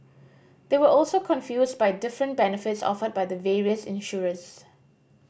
they were also confused by different benefits offered by the various insurers